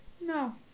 No